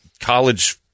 college